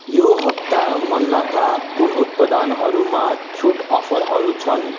यो हप्ता मन्नाका कुन उत्पादनहरूमा छुट अफरहरू छन्